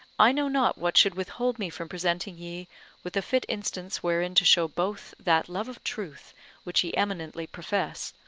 i know not what should withhold me from presenting ye with a fit instance wherein to show both that love of truth which ye eminently profess,